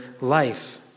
life